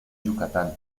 yucatán